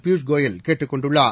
பியூஷ் கோயல் கேட்டுக் கொண்டுள்ளார்